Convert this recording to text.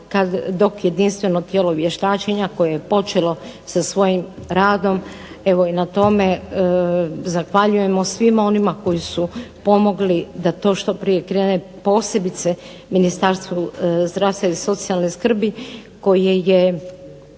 dok jedinstveno tijelo vještačenja koje je počelo sa svojim radom evo i na tome zahvaljujemo svima onima koji su pomogli da to što prije krene posebice Ministarstvu zdravstva i socijalne skrbi koje je